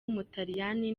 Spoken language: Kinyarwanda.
w’umutaliyani